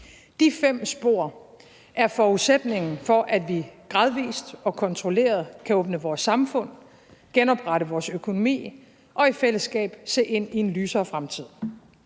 De fem spor er forudsætningen for, at vi gradvist og kontrolleret kan åbne vores samfund, genoprette vores økonomi og i fællesskab se ind i en lysere fremtid.